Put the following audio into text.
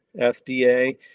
FDA